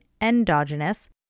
endogenous